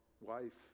wife